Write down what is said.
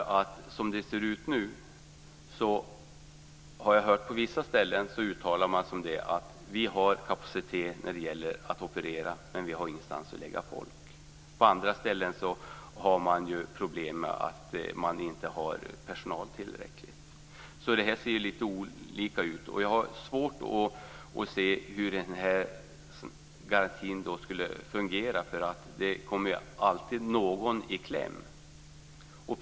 Jag har hört att man på vissa ställen uttalar att man har kapacitet för att operera men inte har någonstans att lägga patienterna, medan man på andra ställen inte har tillräckligt med personal. Förhållandena ser alltså lite olika ut. Jag har svårt att se hur en sådan här garanti skulle fungera, eftersom det alltid är någon som kommer i kläm.